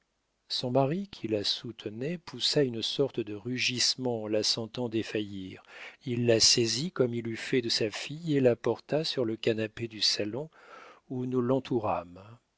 son mari qui la soutenait poussa une sorte de rugissement en la sentant défaillir il la saisit comme il eût fait de sa fille et la porta sur le canapé du salon où nous